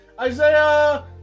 Isaiah